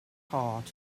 heart